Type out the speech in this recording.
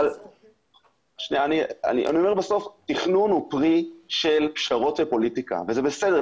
תכנון הוא פרי של פשרות ופוליטיקה וזה בסדר.